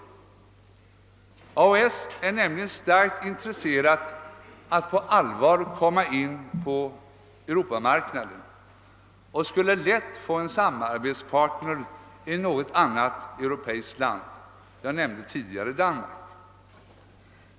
AHS är nämligen starkt intresserat av att på allvar komma in på Europamarknaden och skulle lätt få en samarbetspartner i något annat europeiskt land — jag nämnde tidigare Danmark.